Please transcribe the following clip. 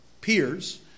peers